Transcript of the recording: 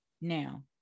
now